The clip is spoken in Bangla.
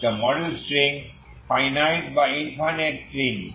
যা মডেল স্ট্রিং ফাইনাইট বা ইনফাইনাইট স্ট্রিং